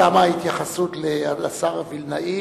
תמה ההתייחסות לשר וילנאי,